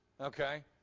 Okay